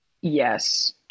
Yes